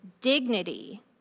dignity